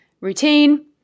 routine